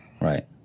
Right